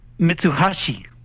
Mitsuhashi